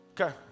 Okay